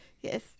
Yes